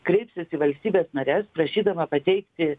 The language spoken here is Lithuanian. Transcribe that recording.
kreipsis į valstybes nares prašydama pateikti